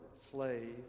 slave